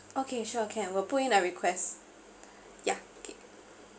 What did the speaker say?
okay sure can we'll put in the request yeah okay